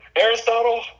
Aristotle